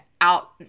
out